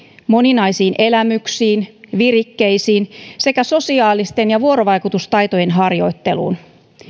moninaisiin elämyksiin virikkeisiin sekä sosiaalisten ja vuorovaikutustaitojen harjoitteluun